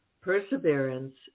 perseverance